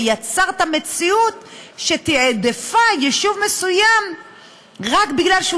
ויצרת מציאות שתִעדפה יישוב מסוים רק בגלל שהוא